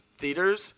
theaters